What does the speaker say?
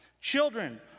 Children